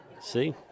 see